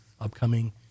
upcoming